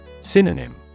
Synonym